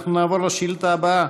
אנחנו נעבור לשאילתה הבאה.